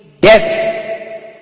death